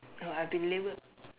oh I've been labelled